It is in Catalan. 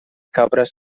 cabres